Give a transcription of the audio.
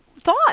thought